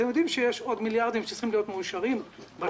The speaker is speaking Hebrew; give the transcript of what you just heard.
אתם יודעים שיש עוד מיליארדים שצריכים להיות מאושרים בשבוע,